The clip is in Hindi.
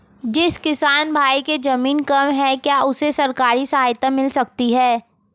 जिस किसान भाई के ज़मीन कम है क्या उसे सरकारी सहायता मिल सकती है?